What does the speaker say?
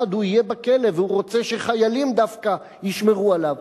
הוא יהיה בכלא והוא רוצה שחיילים דווקא ישמרו עליו.